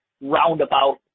roundabout